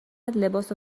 لباس